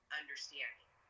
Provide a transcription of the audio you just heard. understanding